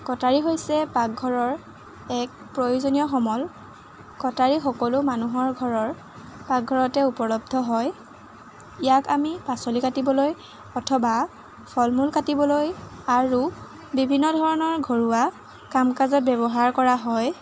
কটাৰী হৈছে পাকঘৰৰ এক প্ৰয়োজনীয় সমল কটাৰী সকলো মানুহৰ ঘৰৰ পাকঘৰতে উপলব্ধ হয় ইয়াক আমি পাচলি কাটিবলৈ অথবা ফল মূল কাটিবলৈ আৰু বিভিন্ন ধৰণৰ ঘৰুৱা কাম কাজত ব্যৱহাৰ কৰা হয়